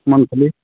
monthly